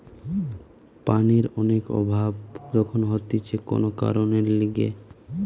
পানির অনেক অভাব যখন হতিছে কোন কারণের লিগে